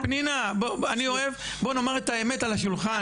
אבל פנינה, בוא נאמר את האמת על השולחן.